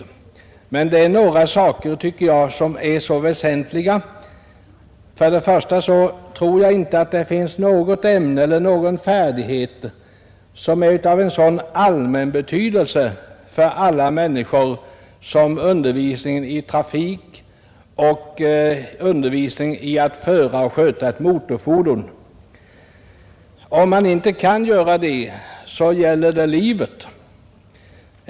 Det rör sig emellertid om några saker som jag tycker är mycket väsentliga. Först och främst tror jag inte att det finns något ämne eller någon färdighet som är av en sådan allmänbetydelse för alla människor som undervisning i trafik och undervisning i att föra och sköta ett motorfordon. Om man inte kan göra det gäller det livet.